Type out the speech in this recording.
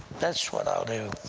that's what i'll do.